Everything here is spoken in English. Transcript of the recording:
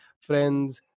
friends